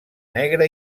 negre